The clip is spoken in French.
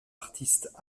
artiste